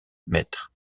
mètres